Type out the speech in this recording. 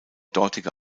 dortige